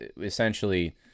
essentially